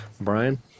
Brian